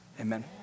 Amen